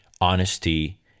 honesty